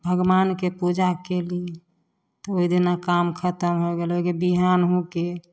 भगवानके पूजा कएली तऽ ओहिदिन काम खतम हो गेलै ओहिके बिहान होके